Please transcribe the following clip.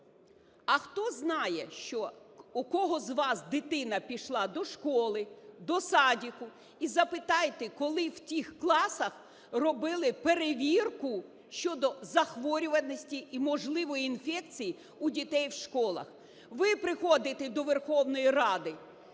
а хто знає, у кого з вас дитина пішла до школи, до садка, і запитайте, коли в тих класах робили перевірку щодо захворюваності і можливої інфекції у дітей в школах. Ви приходите до Верховної Ради,